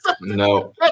No